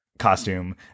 costume